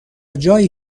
جایی